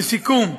לסיכום,